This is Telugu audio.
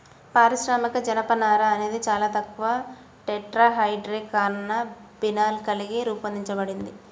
పారిశ్రామిక జనపనార అనేది చాలా తక్కువ టెట్రాహైడ్రోకాన్నబినాల్ కలిగి రూపొందించబడింది